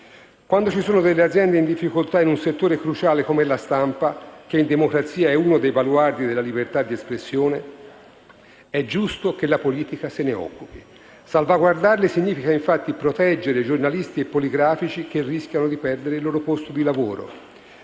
Quando ci sono delle aziende in difficoltà in un settore cruciale come la stampa, che in democrazia è uno dei baluardi della libertà di espressione, è giusto che la politica se ne occupi: salvaguardarle significa infatti proteggere giornalisti e poligrafici che rischiano di perdere il loro posto di lavoro.